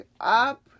up